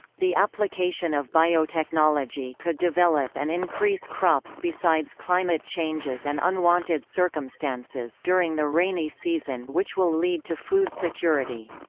the application of biotechnology could develop and increase crops besides climate changes and unwanted circumstances during the rainy season which will lead to food security.